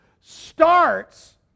starts